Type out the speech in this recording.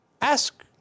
ask